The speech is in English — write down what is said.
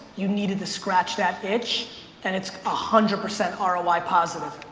you needed to scratch that itch and it's a hundred percent ah roi positive.